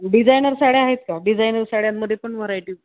designer साड्या आहेत का डिझायनर साड्यांमध्ये पण व्हरायटी होती